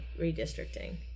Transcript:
redistricting